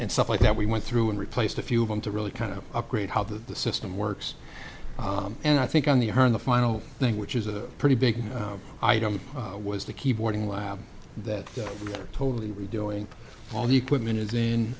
and stuff like that we went through and replaced a few of them to really kind of upgrade how the system works and i think on the our in the final thing which is a pretty big item was the keyboarding lab that totally we doing all the equipment is in